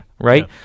right